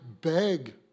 beg